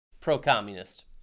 pro-communist